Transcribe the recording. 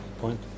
point